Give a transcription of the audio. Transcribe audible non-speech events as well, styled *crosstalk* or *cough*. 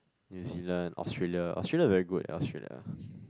New-Zealand Australia Australia is very good Australia *breath*